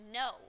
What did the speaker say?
no